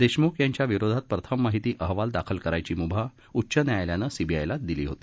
देशमुख यांच्या विरोधात प्रथम माहिती अहवाल दाखल करण्याची म्भा उच्च न्यायालयाने सीबीआयला दिली होती